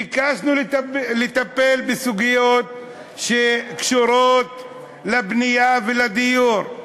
ביקשנו לטפל בסוגיות שקשורות לבנייה ולדיור,